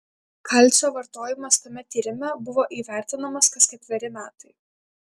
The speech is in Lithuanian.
kalcio vartojimas tame tyrime buvo įvertinamas kas ketveri metai